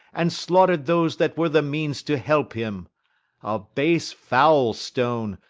and slaughter'd those that were the means to help him a base foul stone,